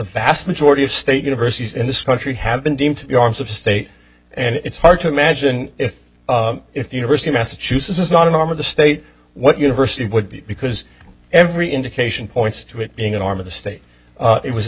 vast majority of state universities in this country have been deemed the arms of state and it's hard to imagine if if university massachusetts is not an arm of the state what university would be because every indication points to it being an arm of the state it was